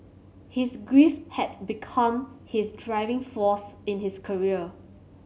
his grief had become his driving force in his career